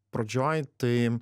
pradžioj tai